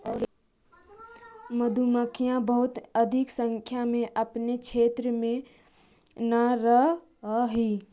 मधुमक्खियां बहुत अधिक संख्या में अपने क्षेत्र में न रहअ हई